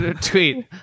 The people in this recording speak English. tweet